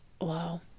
Wow